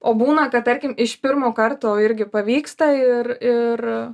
o būna kad tarkim iš pirmo karto irgi pavyksta ir ir